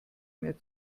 mehr